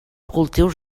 cultius